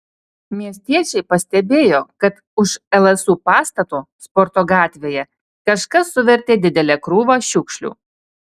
miestiečiai pastebėjo kad už lsu pastato sporto gatvėje kažkas suvertė didelę krūvą šiukšlių